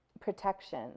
protection